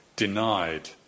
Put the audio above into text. denied